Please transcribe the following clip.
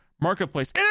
marketplace